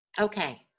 Okay